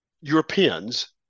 Europeans